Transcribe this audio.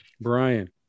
Brian